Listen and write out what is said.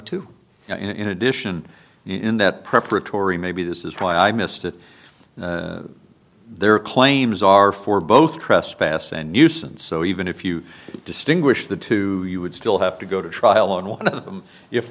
two in addition in that preparatory maybe this is why i missed it their claims are for both trespass and nuisance so even if you distinguish the two you would still have to go to trial and one